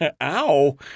ow